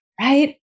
right